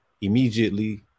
immediately